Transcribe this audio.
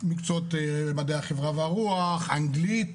מקצועות מדעי החברה והרוח, אנגלית,